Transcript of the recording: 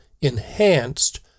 enhanced